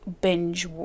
binge